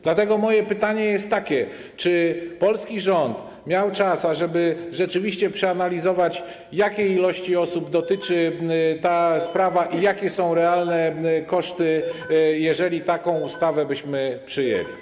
Dlatego moje pytanie jest takie: Czy polski rząd miał czas, ażeby rzeczywiście przeanalizować, jakiej liczby osób dotyczy ta sprawa i jakie są realne koszty, jeżeli taką ustawę byśmy przyjęli?